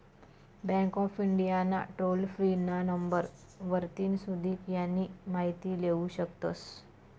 bank of India ना toll free ना number वरतीन सुदीक यानी माहिती लेवू शकतस